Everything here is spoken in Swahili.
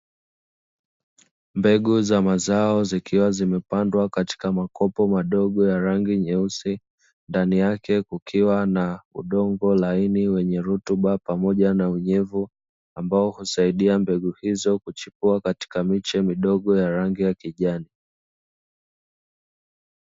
Mbegu za mazao zikiwa zimepandwa katika makopo madogo ya rangi nyeusi, ndani yake kukiwa na udongo laini wenye rutuba pamoja na unyevu ambao husaidia mbegu hizo kuchipua katika miche midogo ya rangi ya kijani.